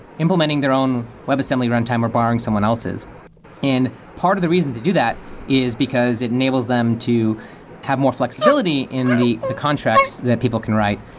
implementing their own webassembly runtime or borrowing someone else's part of the reason to do that is because it enables them to have more flexibility in the the contracts that people can write,